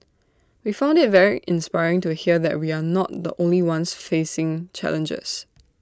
we found IT very inspiring to hear that we are not the only ones facing challenges